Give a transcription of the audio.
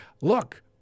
Look